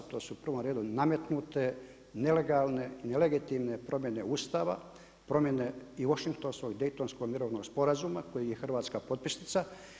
To su u prvom redu nametnute nelegalne, nelegitimne promjene Ustava, promjene i Washingtonskog i Daytonskog mirovnog sporazuma kojeg je Hrvatska potpisnica.